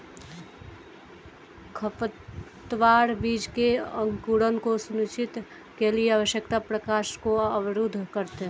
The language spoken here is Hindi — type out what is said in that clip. खरपतवार बीज के अंकुरण को सुनिश्चित के लिए आवश्यक प्रकाश को अवरुद्ध करते है